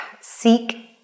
seek